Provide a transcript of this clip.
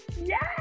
Yes